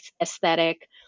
aesthetic